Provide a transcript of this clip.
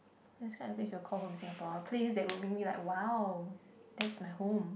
describe a place you will call home in Singapore a place that will make me like !wow! that's my home